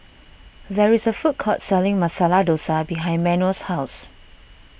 there is a food court selling Masala Dosa behind Manuel's house